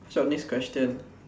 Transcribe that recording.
sure next question